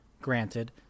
granted